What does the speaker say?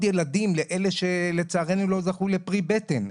ילדים לאלה שלצערנו עוד לא זכו לפרי בטן.